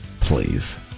Please